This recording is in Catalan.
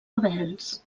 rebels